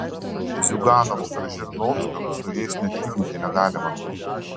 ziuganovo ar žirinovskio su jais net lyginti negalima